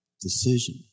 decision